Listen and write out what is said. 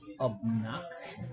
Obnoxious